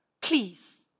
please